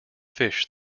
fish